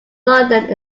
london